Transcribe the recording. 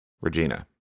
Regina